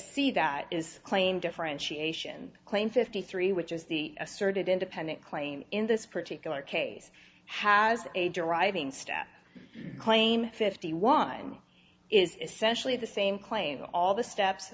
see that is claim differentiation claim fifty three which is the asserted independent claim in this particular case has a driving stat claim fifty one is essentially the same claim all the steps